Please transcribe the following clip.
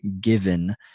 given